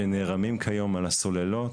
שנערמים כיום על הסוללות,